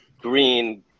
green